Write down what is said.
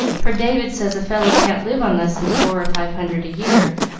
for david says a fellow can't live on less than four or five hundred a year,